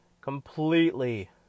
Completely